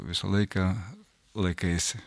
visą laiką laikaisi